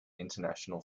international